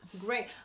Great